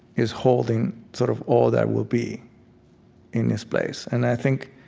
is holding sort of all that will be in its place. and i think